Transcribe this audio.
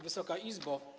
Wysoka Izbo!